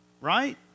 Right